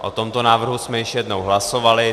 O tomto návrhu jsme již jednou hlasovali.